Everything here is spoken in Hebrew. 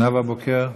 נאוה בוקר,